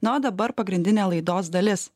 na o dabar pagrindinė laidos dalis